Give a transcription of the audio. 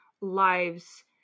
lives